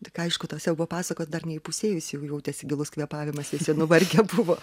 tik aišku tos siaubo pasakos dar neįpusėjus jau jautėsi gilus kvėpavimas visi nuvargę buvo